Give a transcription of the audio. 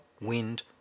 wind